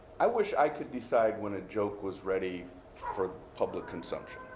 i wish i could decide when a joke was ready for public consumption,